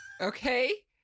Okay